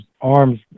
arms